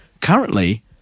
Currently